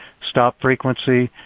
stop frequency,